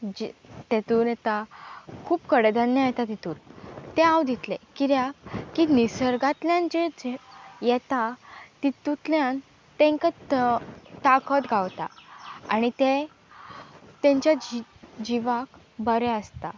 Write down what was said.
जे तेतून येता खूब कडेधान्या येता तितून तें हांव दितलें किद्याक की निसर्गांतल्यान जें येता तितूंतल्यान तांकां ताकत गावता आनी तें तेंच्या जी जिवाक बरें आसता